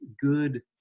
good